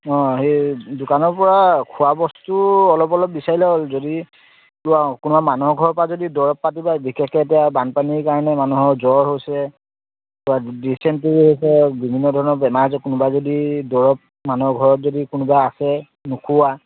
অঁ সেই দোকানৰপৰা খোৱাবস্তু অলপ অলপ বিচাৰিলে যদি কিবা কোনোবা মানুহৰ ঘৰৰপৰা যদি দৰৱ পাতি পায় বিশেষকৈ এতিয়া বানপানীৰ কাৰণে মানুহৰ জ্বৰ হৈছে বা ডিচেণ্টেৰি হৈছে বিভিন্ন ধৰণৰ বেমাৰ হৈছে কোনোবাই যদি দৰৱ মানুহৰ ঘৰত যদি কোনোবা আছে নোখোৱা